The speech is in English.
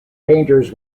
painters